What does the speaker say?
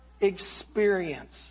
experience